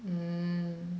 mm